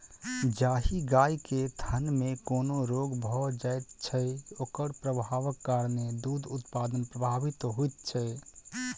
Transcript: जाहि गाय के थनमे कोनो रोग भ जाइत छै, ओकर प्रभावक कारणेँ दूध उत्पादन प्रभावित होइत छै